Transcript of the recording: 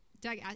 Doug